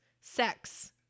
sex